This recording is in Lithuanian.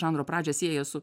žanro pradžią sieja su